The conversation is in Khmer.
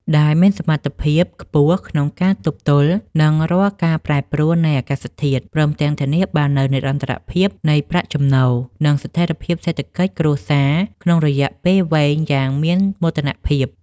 ដែលមានសមត្ថភាពខ្ពស់ក្នុងការទប់ទល់នឹងរាល់ការប្រែប្រួលនៃអាកាសធាតុ ព្រមទាំងធានាបាននូវនិរន្តរភាពនៃប្រាក់ចំណូល និងស្ថិរភាពសេដ្ឋកិច្ចគ្រួសារក្នុងរយៈពេលវែងយ៉ាងមានមោទនភាព។